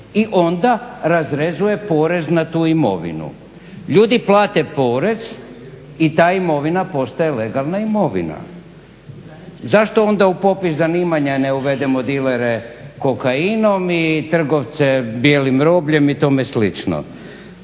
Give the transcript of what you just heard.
i onda razrezuje porez na tu imovinu. Ljudi plate porez i ta imovina postaje legalna imovina. Zašto onda u popis zanimanja ne uvedemo dilere kokainom i trgovce bijelim robljem i tome slično?